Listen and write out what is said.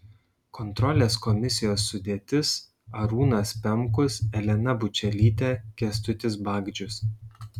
kontrolės komisijos sudėtis arūnas pemkus elena bučelytė kęstutis bagdžius